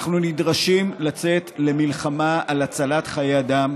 אנחנו נדרשים לצאת למלחמה על הצלת חיי אדם.